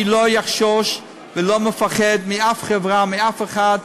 אני לא אחשוש, ואני לא מפחד מאף חברה, מאף אחד,